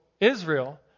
Israel